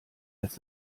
als